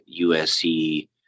USC